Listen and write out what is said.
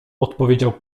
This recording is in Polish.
odpowiedział